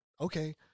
okay